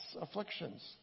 afflictions